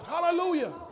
Hallelujah